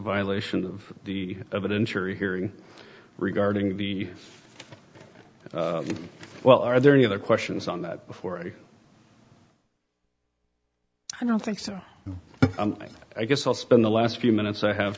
violation of the evidence you're hearing regarding the well are there any other questions on that before and i don't think so i guess i'll spend the last few minutes i have